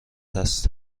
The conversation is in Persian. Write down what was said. است